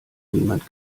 niemand